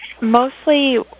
Mostly